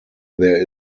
there